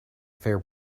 fair